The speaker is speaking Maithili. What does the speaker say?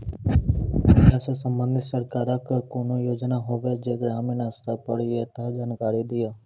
ऐकरा सऽ संबंधित सरकारक कूनू योजना होवे जे ग्रामीण स्तर पर ये तऽ जानकारी दियो?